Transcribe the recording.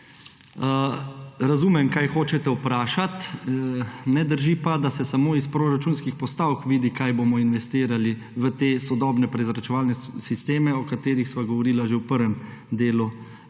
Razumem, kaj hočete vprašati, ne drži pa, da se samo iz proračunskih postavk vidi, kaj bomo investirali v te sodobne prezračevalne sisteme, o katerih sva govorila že v prvem delu